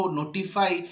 notify